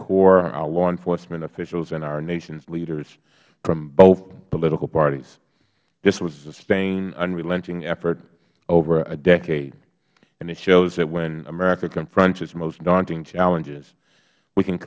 corps our law enforcement officials and our nation's leaders from both political parties this was a sustained unrelenting effort over a decade and it shows that when america confronts its most daunting challenges we can